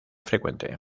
frecuente